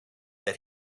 that